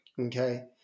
Okay